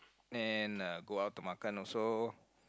and uh go out to makan also